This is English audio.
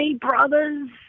brothers